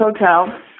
hotel